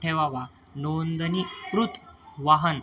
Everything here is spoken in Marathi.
ठेवावा नोंदणी कृत वाहन